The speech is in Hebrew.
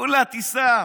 כולה טיסה.